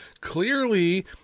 clearly